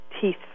teeth